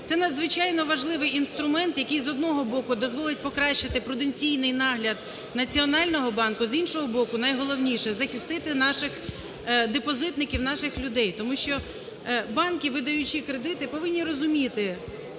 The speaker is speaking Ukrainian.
Це надзвичайно важливий інструмент, який з одного боку дозволить покращити потенційний нагляд Національного банку. З іншого боку, найголовніше – захистити наших депозитників, наших людей. Тому що банки, видаючи кредити, повинні розуміти